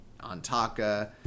Antaka